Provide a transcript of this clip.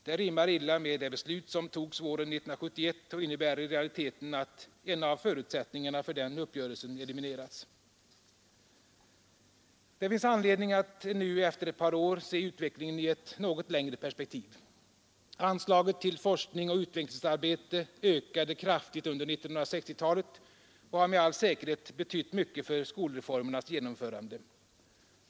Det rimmar illa med det beslut som togs våren 1971 och innebär i realiteten att en av förutsättningarna för den uppgörelsen eliminerats. Det finns anledning att nu efter ett par år se utvecklingen i ett något längre perspektiv. Anslaget till forskning och utvecklingsarbete ökade kraftigt under 1960-talet och har med all säkerhet betytt mycket för skolreformernas genomförande.